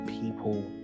people